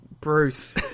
Bruce